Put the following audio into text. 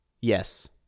Yes